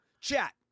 chat